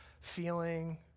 feeling